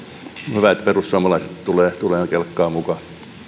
hyvä että perussuomalaiset tulevat kelkkaan mukaan